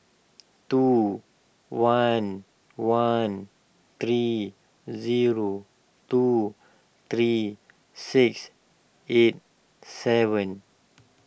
two one one three zero two three six eight seven